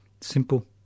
Simple